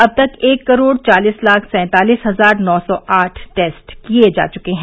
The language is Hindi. अब तक एक करोड़ चालीस लाख सैंतालीस हजार नौ सौ आठ टेस्ट किए जा चुके हैं